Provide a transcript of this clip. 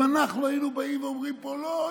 אם היינו באים ואומרים: לא,